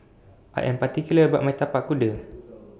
I Am particular about My Tapak Kuda